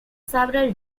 several